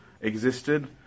existed